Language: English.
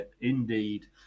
indeed